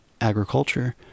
agriculture